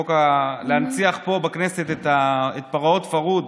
להנציח פה בכנסת את פרעות פרהוד,